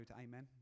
amen